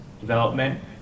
development